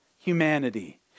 humanity